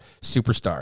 superstar